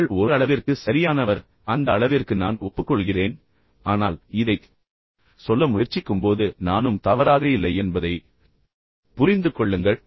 நீங்கள் ஓர் அளவிற்கு சரியானவர் அந்த அளவிற்கு நான் ஒப்புக்கொள்கிறேன் ஆனால் இதைச் சொல்ல முயற்சிக்கும்போது நானும் தவறாக இல்லை என்பதை நீங்கள் தயவுசெய்து அதை புரிந்து கொள்ளுங்கள்